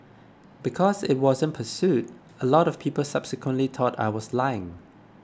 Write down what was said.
because it wasn't pursued a lot of people subsequently thought I was lying